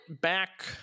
back